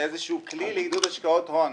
לאיזה שהוא כלי לעידוד השקעות הון,